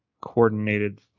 coordinated